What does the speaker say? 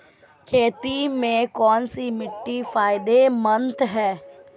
खेती में कौनसी मिट्टी फायदेमंद है?